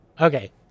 Okay